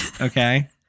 okay